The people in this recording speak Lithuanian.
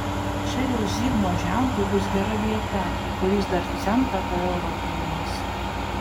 čia jau zigmo žentui bus gera vieta kuris dar centą to euro kainuos